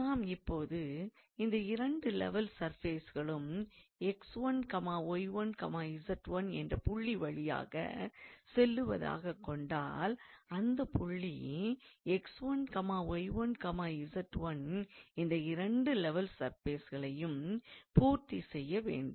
நாம் இப்பொழுது இந்த இரண்டு லெவல் சர்ஃபேசுகளும் 𝑥1𝑦1𝑧1 என்ற ஒரே புள்ளி வழியாகச் செல்வதாகக் கொண்டால் அந்தப் புள்ளி 𝑥1𝑦1𝑧1 இந்த இரண்டு லெவல் சர்ஃபேசுகளையும் பூர்த்தி செய்ய வேண்டும்